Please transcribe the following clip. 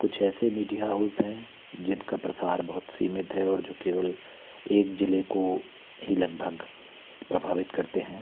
कुछ ऐसे media house हैं जिनका प्रसार बहुत सीमित है और जो केवल एक जिले को ही लगभग प्रभावित करते हैं